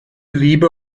liebe